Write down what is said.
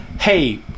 hey